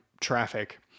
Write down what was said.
traffic